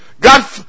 God